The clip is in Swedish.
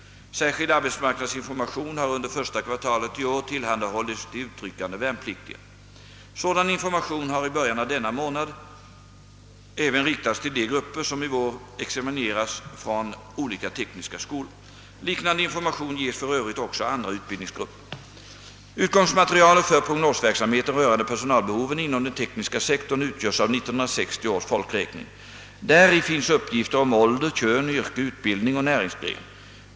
Särskild arbetsmarknadsinformation har under första kvartalet i år tillhandahållits de utryckande värnpliktiga. Sådan information har i början av denna månad även riktats till de grupper som i vår examineras från olika tekniska skolor. Liknande information ges för övrigt också andra utbildningsgrupper. Utgångsmaterialet för prognosverksamheten rörande personalbehoven inom den tekniska sektorn utgörs av 1960 års folkräkning. Däri finns uppgifter om ålder, kön, yrke, utbildning och näringsgren.